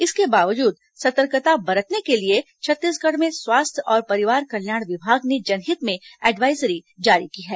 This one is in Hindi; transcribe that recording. इसके बावजूद सतर्कता बरतने के लिए छत्तीसगढ़ में स्वास्थ्य और परिवार कल्याण विभाग ने जनहित में एडवायजरी जारी की है